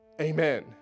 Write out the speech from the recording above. amen